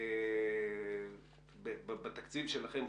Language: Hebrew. בתקציב שלכם,